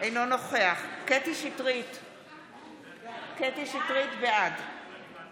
אינו נוכח קטי קטרין שטרית, בעד